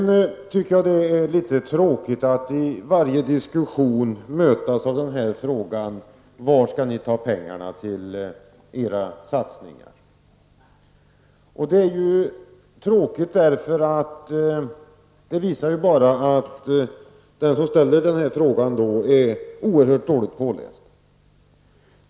Jag tycker det är litet tråkigt att i varje diskussion mötas av frågan: Var skall ni ta pengarna till era satsningar? Det är tråkigt därför att det visar att den som ställer frågan är oerhört dåligt påläst.